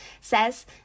says